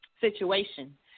situation